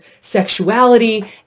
sexuality